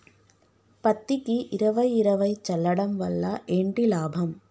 పత్తికి ఇరవై ఇరవై చల్లడం వల్ల ఏంటి లాభం?